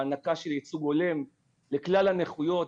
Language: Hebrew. הענקה של ייצוג הולם לכלל הנכויות,